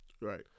Right